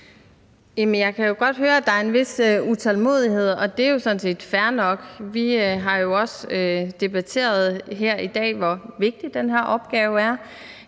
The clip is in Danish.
Jeg kan godt høre, at der er en vis utålmodighed, og det er sådan set fair nok. Vi har også debatteret her i dag, hvor vigtig den her opgave er,